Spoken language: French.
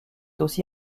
aussi